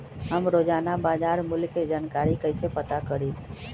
हम रोजाना बाजार मूल्य के जानकारी कईसे पता करी?